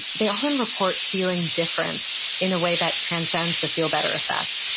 they often report feeling different in a way that transcends the feel-better effect.